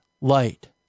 light